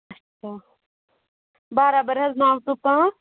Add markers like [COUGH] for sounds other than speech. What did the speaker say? [UNINTELLIGIBLE] برابر حظ نَو ٹُہ پا